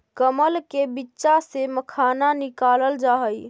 कमल के बीच्चा से मखाना निकालल जा हई